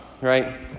right